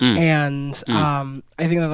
and um i think that,